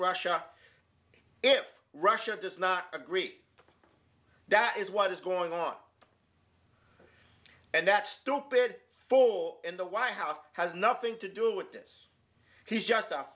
russia if russia does not agree that is what is going on and that stupid full in the white house has nothing to do with this he's just